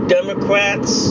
Democrats